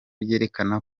byerekana